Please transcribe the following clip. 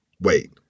wait